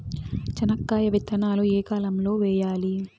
చెనక్కాయ విత్తనాలు ఏ కాలం లో వేయాలి?